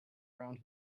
around